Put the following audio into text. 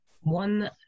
one